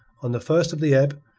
on the first of the ebb,